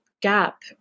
gap